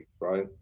right